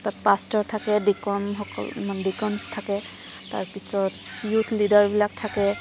তাত পাষ্টাৰ থাকে ডিকমসকল মানে ডিকঞ্চ থাকে তাৰপিছত য়ুথ লিডাৰবিলাক থাকে